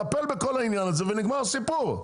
טפל בכל העניין הזה ונגמר הסיפור,